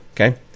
okay